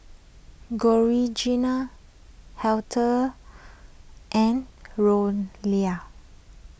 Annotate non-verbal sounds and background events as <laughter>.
Georgina Heather and <unintelligible>